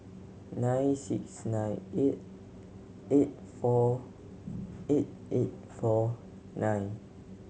nine six nine eight eight four eight eight four nine